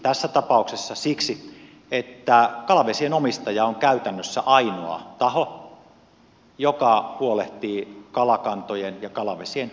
tässä tapauksessa siksi että kalavesien omistaja on käytännössä ainoa taho joka huolehtii kalakantojen ja kalavesien hoidosta